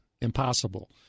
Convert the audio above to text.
impossible